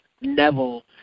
Neville